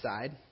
side